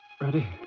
Ready